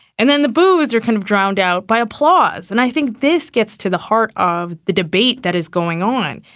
and then the boos are kind of drowned out by applause, and i think this gets to the heart of the debate that is going on.